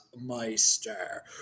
meister